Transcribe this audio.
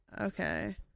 Okay